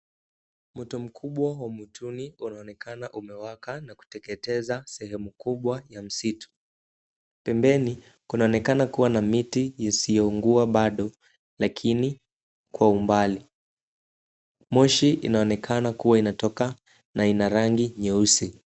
Moto mkubwa wa mwituni unaonekana umewaka na kuteketeza sehemu kubwa ya msitu. Pembeni kunaonekana kuwa na miti isiyoungua bado lakini kwa umbali. Moshi inaonekana kuwa inatoka na ina rangi nyeusi.